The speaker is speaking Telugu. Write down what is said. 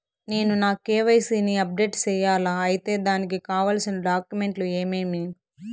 నేను నా కె.వై.సి ని అప్డేట్ సేయాలా? అయితే దానికి కావాల్సిన డాక్యుమెంట్లు ఏమేమీ?